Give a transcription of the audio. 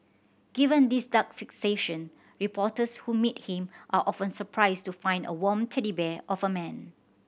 given these dark fixations reporters who meet him are often surprised to find a warm teddy bear of a man